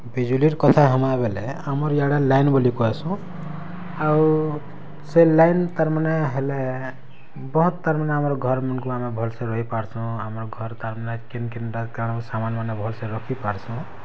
ବିଜୁଲିର୍ କଥା ହେମା ବେଲେ ଆମର୍ ଇଆଡ଼େ ଲାଇନ୍ ବଲି କହେସୁଁ ଆଉ ସେ ଲାଇନ୍ ତାର୍ମାନେ ହେଲେ ବହୁତ୍ ତାର୍ମାନେ ଆମର୍ ଘର୍ମାନ୍କୁ ଆମେ ଭଲ୍ସେ ରହିପାର୍ସୁଁ ଆମର୍ ଘର୍ ତାର୍ମାନେ କେନ୍ କେନ୍ଟା କାଣା ସାମାନ୍ମାନେ ଭଲ୍ସେ ରଖିପାର୍ସୁଁ